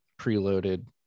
preloaded